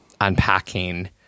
unpacking